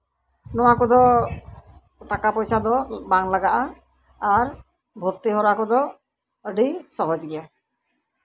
ᱱᱚᱣᱟ ᱠᱚᱫᱚ ᱴᱟᱠᱟ ᱯᱚᱭᱥᱟ ᱫᱚ ᱵᱟᱝ ᱞᱟᱜᱟᱜᱼᱟ ᱟᱨ ᱵᱷᱚᱨᱛᱤ ᱦᱚᱨᱟ ᱠᱚᱫᱚ ᱟ ᱰᱤ ᱥᱚᱦᱚᱡᱽ ᱜᱮᱭᱟ